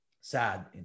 Sad